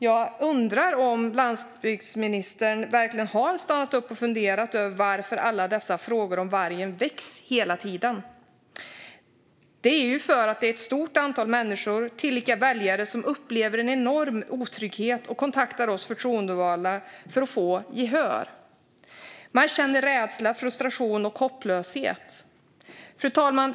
Jag undrar om landsbygdsministern verkligen har stannat upp och funderat över varför alla dessa frågor om vargen väcks hela tiden. Det är ju för att det är ett stort antal människor, tillika väljare, som upplever en enorm otrygghet och kontaktar oss förtroendevalda för att få gehör. Man känner rädsla, frustration och hopplöshet. Fru talman!